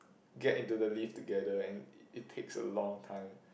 get into the lift together and it it takes a long time